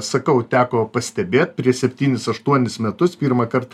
sakau teko pastebėt prieš septynis aštuonis metus pirmąkart